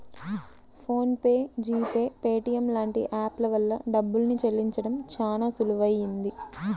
phone pay, G Pay, Paytm లాంటి app ల వల్ల డబ్బుల్ని చెల్లించడం చానా సులువయ్యింది